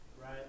Right